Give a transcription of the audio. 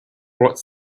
brought